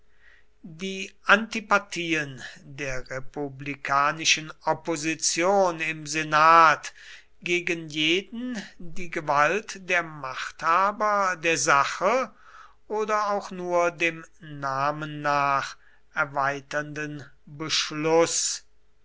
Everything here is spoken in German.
die antipathien der republikanischen opposition im senat gegen jeden die gewalt der machthaber der sache oder auch nur dem namen nach erweiternden beschluß